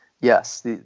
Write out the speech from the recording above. Yes